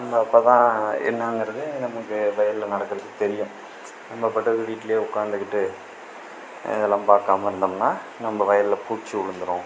அப்போதான் என்னாங்கிறது நமக்கு வயலில் நடக்கிறது தெரியும் நம்ம பாட்டுக்கு வீட்டிலே உட்காந்துகிட்டு இதெலாம் பார்க்காம இருந்தோம்னால் நம்ம வயலில் பூச்சி விழுந்துரும்